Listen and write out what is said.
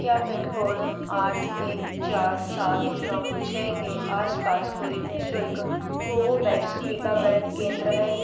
क्या pin code आठ एक चार सात नौ छः के आसपास कोई निःशुल्क कोवोवैक्स टीकाकरण केंद्र है